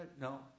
No